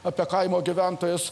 apie kaimo gyventojus